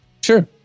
Sure